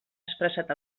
expressat